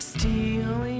Steal